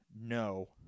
no